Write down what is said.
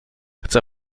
chcę